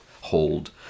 hold